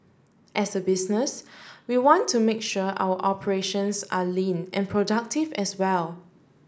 as a business we want to make sure our operations are lean and productive as well